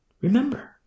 Remember